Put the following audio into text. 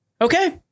Okay